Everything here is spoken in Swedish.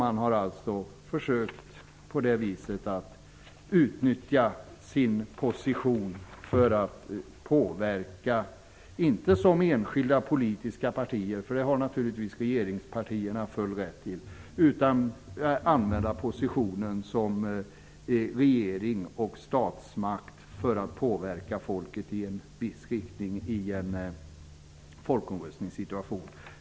Man har försökt att utnyttja sin position som regering och statsmakt för att påverka folket i en viss riktning i en folkomröstning. Man har alltså inte agerat som enskilda politiska partier - det har regeringspartierna naturligtvis full rätt att göra.